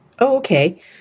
Okay